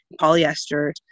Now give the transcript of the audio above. polyester